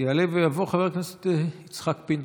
יעלה ויבוא חבר הכנסת יצחק פינדרוס.